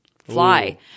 Fly